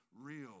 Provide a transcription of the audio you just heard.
Real